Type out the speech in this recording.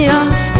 off